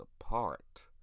apart